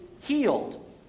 healed